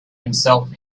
himself